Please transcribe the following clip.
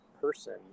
person